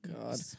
God